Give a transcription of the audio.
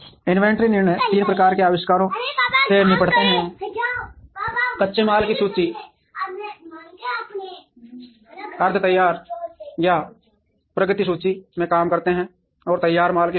inventory निर्णय तीन प्रकार के आविष्कारों से निपटते हैं कच्चे माल की सूची अर्ध तैयार या प्रगति सूची में काम करते हैं और तैयार माल की सूची